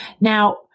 Now